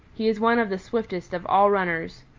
he is one of the swiftest of all runners.